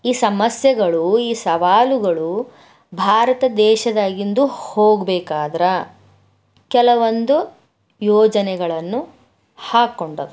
ಈ ಸಮಸ್ಯೆಗಳು ಈ ಸವಾಲುಗಳು ಭಾರತ ದೇಶದಾಗಿಂದು ಹೋಗಬೇಕಾದ್ರಾ ಕೆಲವೊಂದು ಯೋಜನೆಗಳನ್ನು ಹಾಕೊಂಡವ